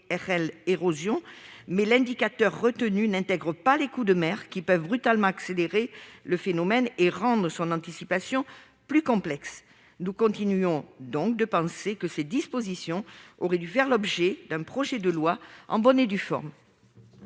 l'indicateur retenu n'intègre pas les coups de mer, qui peuvent brutalement accélérer le phénomène et rendre son anticipation plus complexe. Nous continuons donc de penser que ces dispositions auraient dû faire l'objet d'un projet de loi en bonne et due forme.